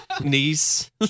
niece